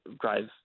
drive